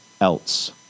else